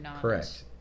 Correct